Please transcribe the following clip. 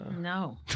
No